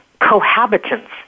cohabitants